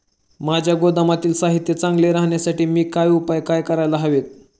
माझ्या गोदामातील साहित्य चांगले राहण्यासाठी मी काय उपाय काय करायला हवेत?